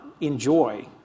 enjoy